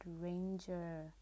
ranger